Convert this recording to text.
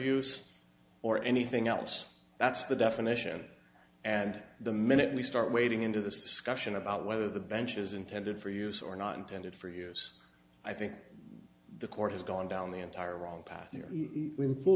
use or anything else that's the definition and the minute we start wading into this discussion about whether the bench is intended for use or not intended for use i think the court has gone down the entire wrong path here when full